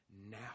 now